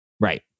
Right